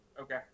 Okay